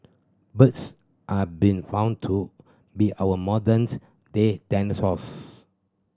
birds have been found to be our modern day dinosaurs